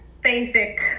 basic